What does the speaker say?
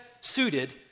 suited